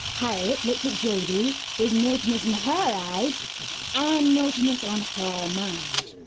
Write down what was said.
harriet looked at joby with naughtiness in her eyes and naughtiness on her mind.